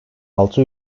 altı